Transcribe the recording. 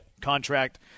contract